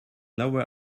lower